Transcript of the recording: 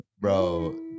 Bro